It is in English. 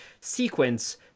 sequence